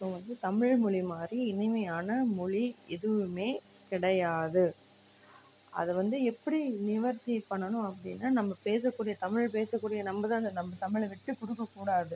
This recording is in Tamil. ஸோ வந்து தமிழ் மொழி மாதிரி இனிமையான மொழி எதுவுமே கிடையாது அது வந்து எப்படி நிவர்த்தி பண்ணணும் அப்படின்னா நம்ம பேசக்கூடிய தமிழ் பேசக்கூடிய நம்ப தான் அந்த நம் தமிழை விட்டு கொடுக்கக்கூடாது